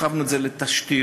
הרחבנו את זה לתשתיות,